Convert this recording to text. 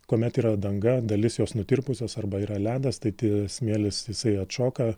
kuomet yra danga dalis jos nutirpusios arba yra ledas tai ti smėlis jisai atšoka